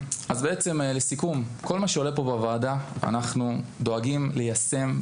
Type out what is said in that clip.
לסיכום כל מה שעולה פה בוועדה אנחנו דואגים ליישם.